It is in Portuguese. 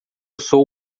sou